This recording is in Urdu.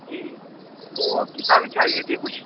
جی وہ کتابیں چاہیے تھیں کچھ